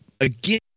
again